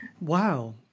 wow